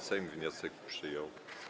Sejm wniosek przyjął.